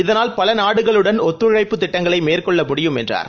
இதனால் பலநாடுகளுடன் ஒத்துழைப்பு திட்டங்களைமேற்கொள்ள முடியும் என்றார்